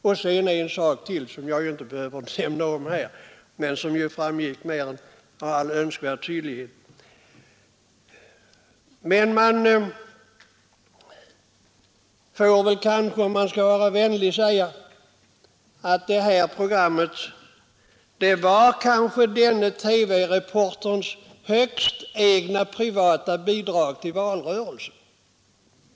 Om man skall vara vänlig får man kanske säga att detta program var TV-reporterns högst privata bidrag till valrörelsen.